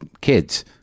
kids